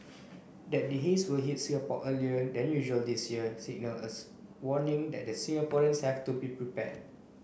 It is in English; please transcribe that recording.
that the haze will hits Singapore earlier than usual this year signalled as warning that the Singaporeans have to be prepared